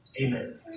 Amen